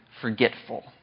forgetful